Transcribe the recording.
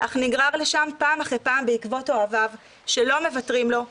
אך נגרר לשם פעם אחרי פעם בעקבות אוהביו שלא מוותרים לו,